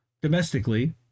domestically